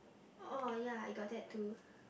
oh ya I got that too